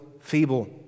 feeble